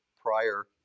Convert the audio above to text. prior